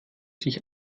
sich